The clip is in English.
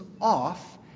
off